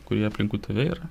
kurie aplinkui tave yra